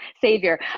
savior